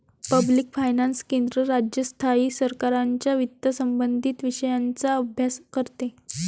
public finance केंद्र, राज्य, स्थायी सरकारांच्या वित्तसंबंधित विषयांचा अभ्यास करते